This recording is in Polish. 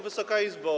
Wysoka Izbo!